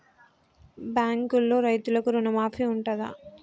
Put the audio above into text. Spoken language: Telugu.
బ్యాంకులో రైతులకు రుణమాఫీ ఉంటదా?